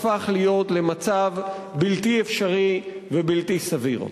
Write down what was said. הפך להיות למצב בלתי אפשרי ובלתי סביר.